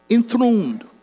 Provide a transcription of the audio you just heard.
Enthroned